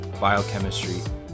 biochemistry